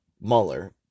Mueller